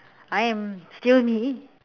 I am still me